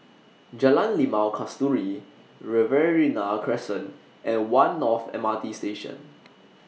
Jalan Limau Kasturi Riverina Crescent and one North M R T Station